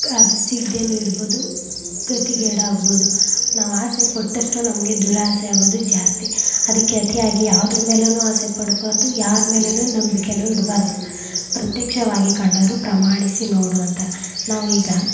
ಅದು ಸಿಗದೇನು ಇರ್ಬೋದು ಗತಿಗೇಡಾಗ್ಬೋದು ನಾವು ಆಸೆಪಟ್ಟಷ್ಟು ನಮಗೆ ದುರಾಸೆಯಾಗೊದು ಜಾಸ್ತಿ ಅದಕ್ಕೆ ಅತಿಯಾಗಿ ಯಾವ್ದ್ರ ಮೇಲೇನು ಆಸೆ ಪಡ್ಬಾರದು ಯಾರ ಮೇಲೇನು ನಂಬಿಕೆನೂ ಇಡ್ಬಾರದು ಪ್ರತ್ಯಕ್ಷವಾಗಿ ಕಂಡರೂ ಪ್ರಮಾಣಿಸಿ ನೋಡು ಅಂತಾರ ನಾವು ಈಗ